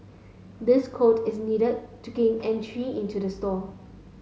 this code is needed to gain entry into the store